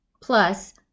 Plus